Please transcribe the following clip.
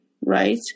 right